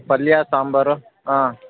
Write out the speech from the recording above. ಪಲ್ಯ ಸಾಂಬಾರು ಹಾಂ